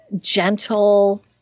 gentle